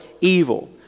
evil